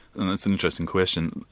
and that's an interesting question.